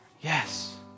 yes